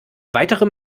weitere